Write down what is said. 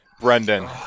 Brendan